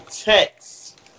text